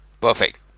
Perfect